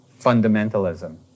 fundamentalism